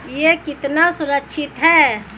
यह कितना सुरक्षित है?